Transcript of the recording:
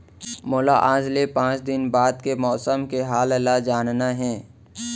मोला आज ले पाँच दिन बाद के मौसम के हाल ल जानना हे?